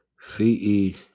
C-E